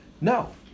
no